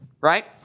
right